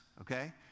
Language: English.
okay